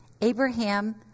Abraham